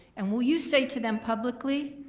and will you say to them publicly,